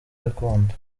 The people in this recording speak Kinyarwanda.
gakondo